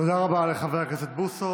תודה רבה לחבר הכנסת בוסו.